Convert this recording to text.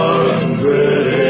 Hundred